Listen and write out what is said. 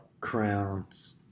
crowns